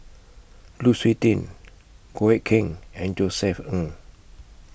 Lu Suitin Goh Eck Kheng and Josef Ng